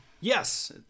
yes